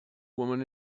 woman